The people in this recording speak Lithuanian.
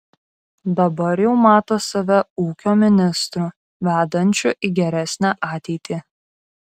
dabar jau mato save ūkio ministru vedančiu į geresnę ateitį